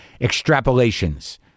Extrapolations